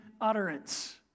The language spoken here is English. utterance